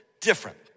different